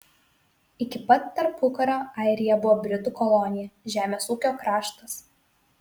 iki pat tarpukario airija buvo britų kolonija žemės ūkio kraštas